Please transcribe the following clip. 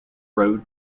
road